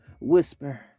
whisper